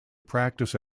practice